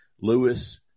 Lewis